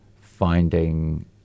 finding